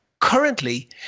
currently